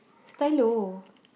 stylo